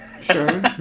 Sure